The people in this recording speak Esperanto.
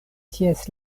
ties